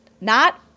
not-